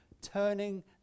turning